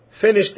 finished